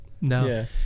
No